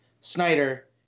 Snyder